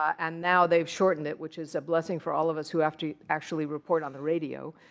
and now they've shortened it, which is a blessing for all of us who have to actually report on the radio.